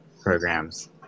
programs